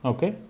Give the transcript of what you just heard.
Okay